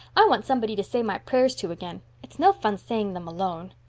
i want somebody to say my prayers to again. it's no fun saying them alone.